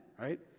right